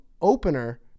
opener